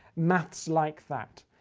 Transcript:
maths like that.